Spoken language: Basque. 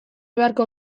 beharko